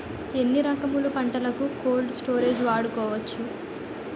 ఎన్ని రకములు పంటలకు కోల్డ్ స్టోరేజ్ వాడుకోవచ్చు?